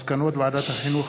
מסקנות ועדת החינוך,